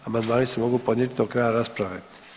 Amandmani se mogu podnijeti do kraja rasprave.